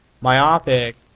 myopic